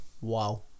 wow